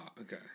okay